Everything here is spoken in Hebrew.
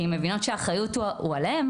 כי הן מבינות שהאחריות הוא עליהן,